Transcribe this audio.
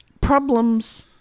Problems